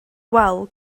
wal